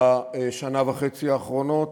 בשנה וחצי האחרונות.